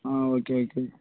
ah okay okay